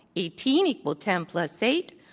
eighteen equal ten plus eight.